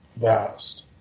vast